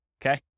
Okay